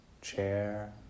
chair